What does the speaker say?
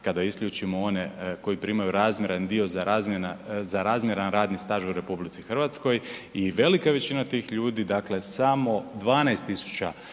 kada isključimo one koji primaju razmjeran dio za razmjeran radni staž u RH i velika većina tih ljudi dakle samo 12.000